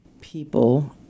People